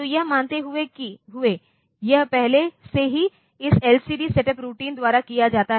तो यह मानते हुए यह पहले से ही इस एलसीडी सेटअप रूटीन द्वारा किया जाता है